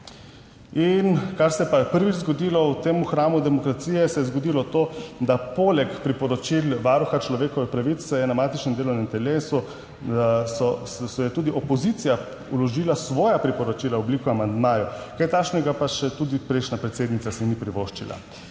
Kar se pa je prvič zgodilo v tem hramu demokracije, se je zgodilo to, da je poleg priporočil Varuha človekovih pravic na matičnem delovnem telesu tudi opozicija vložila svoja priporočila v obliki amandmajev. Kaj takšnega si pa še tudi prejšnja predsednica ni privoščila.